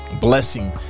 blessing